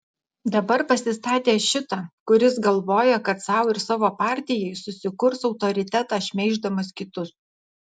dabar pasistatė šitą kuris galvoja kad sau ir savo partijai susikurs autoritetą šmeiždamas kitus